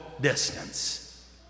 distance